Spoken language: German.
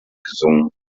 gesungen